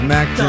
Mac